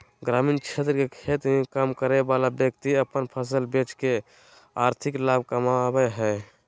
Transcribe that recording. ग्रामीण क्षेत्र के खेत मे काम करय वला व्यक्ति अपन फसल बेच के आर्थिक लाभ कमाबय हय